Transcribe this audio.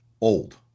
old